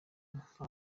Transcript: nka